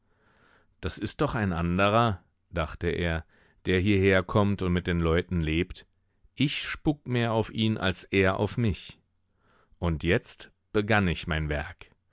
das ist doch ein anderer dachte er der hierher kommt und mit den leuten lebt ich spuck mehr auf ihn als er auf mich und jetzt begann ich mein werk